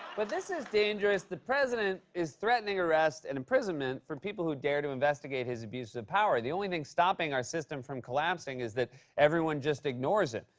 but this is dangerous. the president is threatening arrest and imprisonment for people who dare to investigate his abuse of power. the only thing stopping our system from collapsing is that everyone just ignores him.